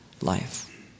life